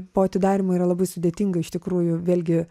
po atidarymo yra labai sudėtinga iš tikrųjų vėlgi